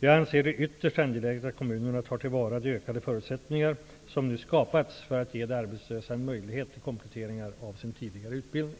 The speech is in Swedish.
Jag anser det ytterst angeläget att kommunerna tar till vara de ökade förutsättningar som nu har skapats för att ge de arbetslösa en möjlighet till kompletteringar av sin tidigare utbildning.